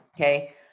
okay